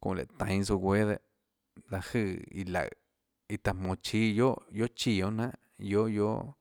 çonã léhå tainå tsouã guéâ dehâ láhå jøè iã laùhå iã taã jmonå chíâ guiohà guiohà chíã guiónà jnanà guiohà guiohà.